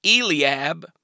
Eliab